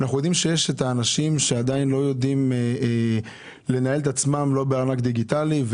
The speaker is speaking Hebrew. אנחנו יודעים שיש אנשים שעדיין לא יודעים לנהל את עצמם בארנק דיגיטלי,